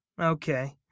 Okay